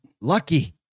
Lucky